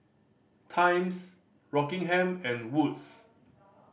Times Rockingham and Wood's